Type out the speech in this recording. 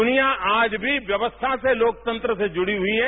दुनिया आज भी व्यक्स्था से तोकतंत्र से जुझी हुई है